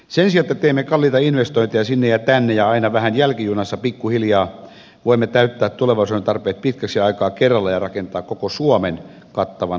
sen sijaan että teemme kalliita investointeja sinne ja tänne ja aina vähän jälkijunassa pikkuhiljaa voimme täyttää tulevaisuuden tarpeet pitkäksi aikaa kerralla ja rakentaa koko suomen kattavan valokuituverkon